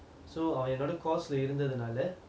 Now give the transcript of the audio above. so அவன் என்னோட:avan ennoda course இருந்தது நால:irundhadhu naala